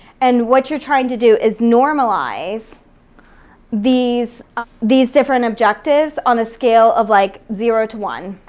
and what you're trying to do is normalize these ah these different objectives on a scale of like zero to one,